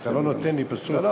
אתה לא נותן לי פשוט, בסדר גמור.